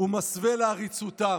"ומסווה לעריצותם.